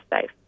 safe